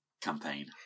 campaign